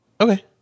Okay